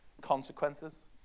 consequences